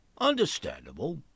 Understandable